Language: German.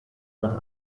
nach